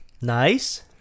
Nice